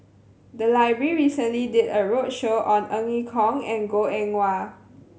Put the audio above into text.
the library recently did a roadshow on Ong Ye Kung and Goh Eng Wah